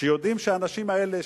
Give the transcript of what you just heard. כשיודעים שהאנשים האלה,